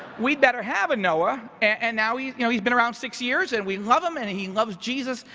we better have a noah. and now he's you know he's been around six years and we love him and he loves jesus,